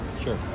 Sure